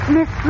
Miss